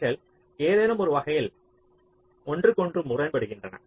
அவைகள் ஏதேனும் ஒரு வகையில் ஒன்றுக்கொன்று முரண்படுகின்றன